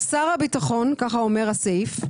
שר הביטחון, כך אומר הסעיף,